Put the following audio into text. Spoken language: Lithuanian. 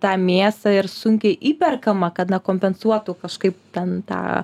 tą mėsą ir sunkiai įperkama kad na kompensuotų kažkaip ten tą